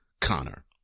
Connor